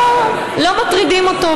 לא מטרידים אותו.